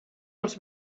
als